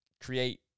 create